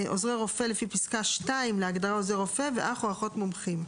עוזרי רופא לפי פסקה (2) להגדרה "עוזר רופא" ואח או אחות מומחים".